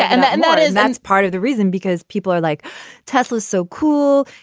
and and that is that's part of the reason, because people are like tesla is so cool.